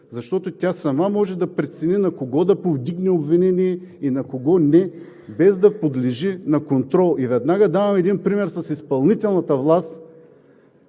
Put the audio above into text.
защото тя сама може да прецени на кого да повдигне обвинение и на кого не, без да подлежи на контрол. Веднага давам един пример с изпълнителната власт